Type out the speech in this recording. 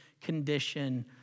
condition